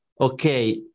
okay